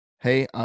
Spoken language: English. Hey